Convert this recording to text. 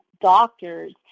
doctors